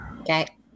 okay